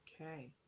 Okay